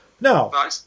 Now